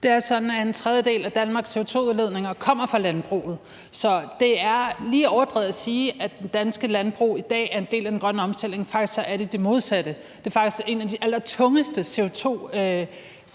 Det er sådan, at en tredjedel af Danmarks CO2-udledninger kommer fra landbruget, så det er overdrevet at sige, at det danske landbrug i dag er en del af den grønne omstilling. Faktisk er det det modsatte. Det er faktisk en af de allertungeste CO2-udledende